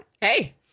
Hey